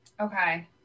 Okay